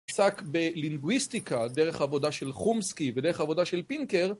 עסק בלינגוויסטיקה דרך עבודה של חומסקי ודרך עבודה של פינקר